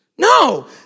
No